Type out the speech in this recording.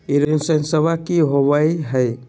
इंसोरेंसबा की होंबई हय?